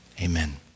Amen